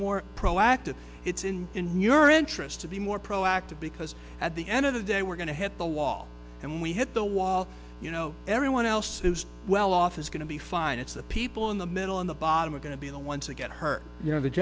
more proactive it's in in your interest to be more proactive because at the end of the day we're going to hit the wall and we hit the wall you know everyone else is well off is going to be fine it's the people in the middle in the bottom a going to be the ones that get hurt you know the